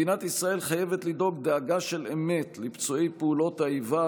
מדינת ישראל חייבת לדאוג דאגה של אמת לפצועי פעולות האיבה,